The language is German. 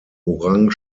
orange